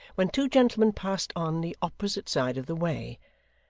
when two gentlemen passed on the opposite side of the way.